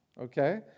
Okay